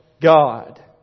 God